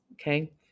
Okay